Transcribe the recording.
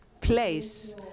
place